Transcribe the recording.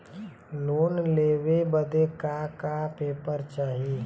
Loan लेवे बदे का का पेपर चाही?